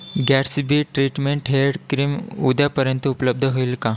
Gatsby treatment hair cream उद्यापर्यंत उपलब्ध होईल का